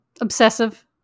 obsessive